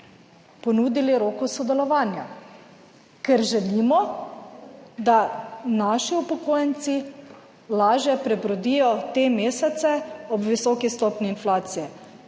ponudili roko sodelovanja, ker želimo, da naši upokojenci lažje prebrodijo te mesece ob visoki stopnji inflacije.